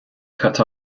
cut